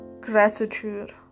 Gratitude